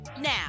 now